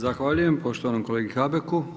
Zahvaljujem poštovanom kolegi Habeku.